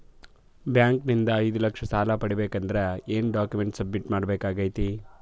Bank ನಿಂದ ಐದು ಲಕ್ಷ ಸಾಲ ಪಡಿಬೇಕು ಅಂದ್ರ ಏನ ಡಾಕ್ಯುಮೆಂಟ್ ಸಬ್ಮಿಟ್ ಮಾಡ ಬೇಕಾಗತೈತಿ?